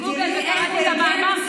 עשיתי גוגל וקראתי את המאמר.